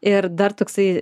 ir dar toksai